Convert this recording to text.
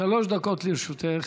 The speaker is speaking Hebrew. שלוש דקות לרשותך.